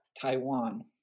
Taiwan